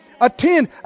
attend